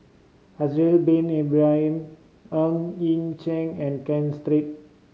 Haslir Bin Ibrahim Ng Yi Sheng and Ken Three